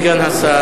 אדוני סגן השר,